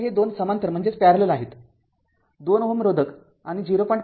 तर हे २ समांतर आहेत २Ω रोधक आणि ०